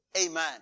Amen